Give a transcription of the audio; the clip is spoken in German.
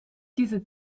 diese